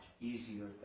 easier